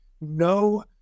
no